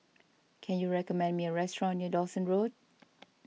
can you recommend me a restaurant near Dawson Road